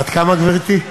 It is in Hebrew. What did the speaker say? בת כמה גברתי?